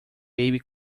baby